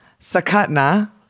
Sakatna